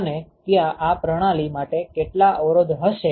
અને ત્યાં આ પ્રણાલી માટે કેટલા અવરોધ હશે